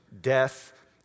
death